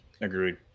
Agreed